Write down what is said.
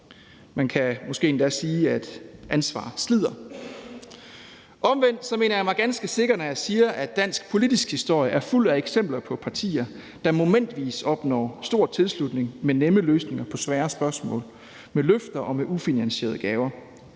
Man kan måske endda sige, at ansvar slider. Omvendt mener jeg mig ganske sikker, når jeg siger, at dansk politisk historie er fuld af eksempler på partier, der momentvis opnår stor tilslutning med nemme løsninger på svære spørgsmål og med løfter og ufinansierede gaver.